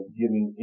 giving